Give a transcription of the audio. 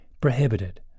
prohibited